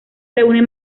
reúne